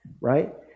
right